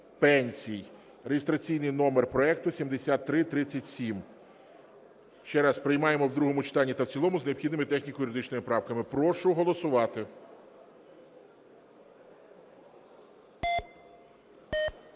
пенсій (реєстраційний номер проекту 7337). Ще раз, приймаємо в другому читанні та в цілому з необхідними техніко-юридичними правками. Прошу голосувати.